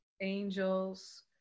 angels